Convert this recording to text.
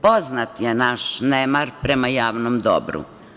Poznat je naš nemar prema javnom dobru.